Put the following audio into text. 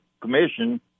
commission